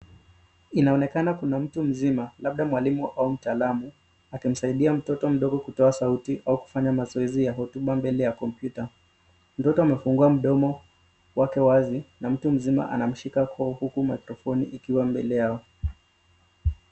Inaonekana kuna mtu mzima labda mwalimu au mtaalam akimsaidia mtoto mdogo kutoa sauti au kufanya mazoezi ya hotuba mbele ya kopyuta. Mtoto amefungua mdomo wake wazi na mtu mzima anamshika koo uku mikrofoni ikiwa mbele yao.